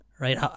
right